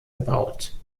erbaut